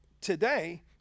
today